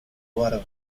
barba